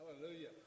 Hallelujah